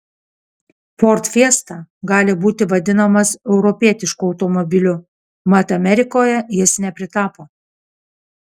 ford fiesta gali būti vadinamas europietišku automobiliu mat amerikoje jis nepritapo